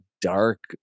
dark